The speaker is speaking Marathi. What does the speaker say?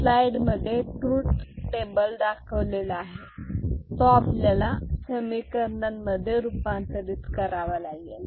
स्लाईड मध्ये ट्रूथ टेबल दाखवलेला आहे तो आपल्याला समीकरणांमध्ये रूपांतरित करावा लागेल